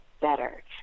better